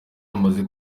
amaze